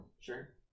Sure